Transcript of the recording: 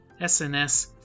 sns